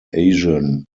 asian